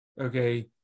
okay